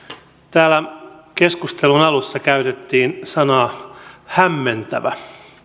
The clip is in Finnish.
täällä keskustelun alussa käytettiin sanaa hämmentävä